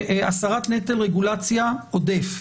הסרת נטל רגולציה עודף.